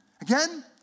Again